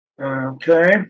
Okay